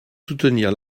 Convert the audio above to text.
soutenir